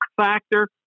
factor